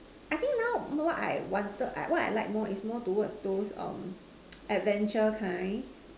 I think now what I wanted what I like most is more towards those adventure kind